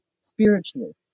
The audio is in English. spiritually